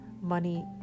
money